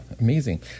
amazing